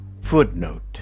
Footnote